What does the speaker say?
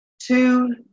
two